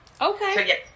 Okay